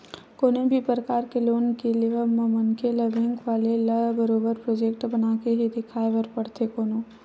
कोनो भी परकार के लोन के लेवब म मनखे ल बेंक वाले ल बरोबर प्रोजक्ट बनाके ही देखाये बर परथे कोनो